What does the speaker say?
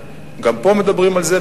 גם פה מדברים על זה,